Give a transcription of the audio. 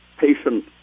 patient